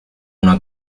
una